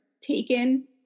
taken